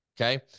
okay